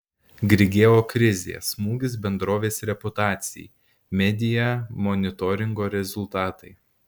grigeo krizė smūgis bendrovės reputacijai media monitoringo rezultatai